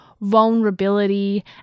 vulnerability